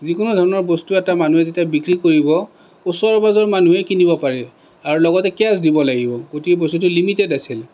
যিকোনো ধৰণৰ বস্তু এটা মানুহে যেতিয়া বিক্ৰী কৰিব ওচৰ পাজৰৰ মানুহে কিনিব পাৰে আৰু লগতে কেচ দিব লাগিব গোটেই বস্তুটো লিমিটেড আছিল